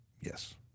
Yes